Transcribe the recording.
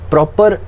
proper